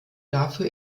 dafür